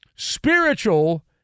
Spiritual